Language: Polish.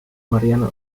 mariana